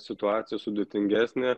situacija sudėtingesnė